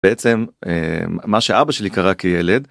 בעצם מה שאבא שלי קרא כילד.